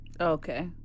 Okay